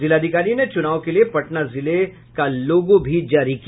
जिलाधिकारी ने चुनाव के लिए पटना जिले का लोगो जारी किया